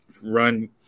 run